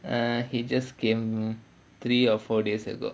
err he just came three or four days ago